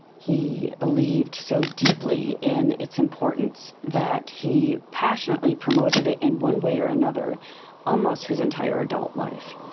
he believed so deeply in its importance that he passionately promoted it in one way or another almost his entire adult life